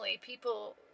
people